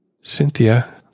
Cynthia